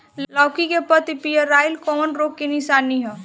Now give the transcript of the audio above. लौकी के पत्ति पियराईल कौन रोग के निशानि ह?